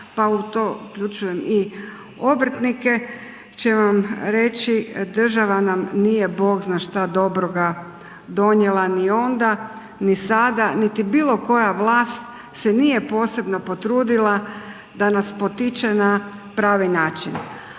pa u to uključujem i obrtnike će vam reći, država nam nije Bog zna šta dobroga donijela ni onda, ni sada, niti bilo koja vlast se nije posebno potrudila da nas potiče na pravi način.